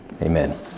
Amen